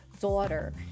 daughter